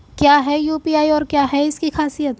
क्या है यू.पी.आई और क्या है इसकी खासियत?